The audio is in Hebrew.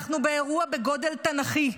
אנחנו באירוע בגודל תנ"כי,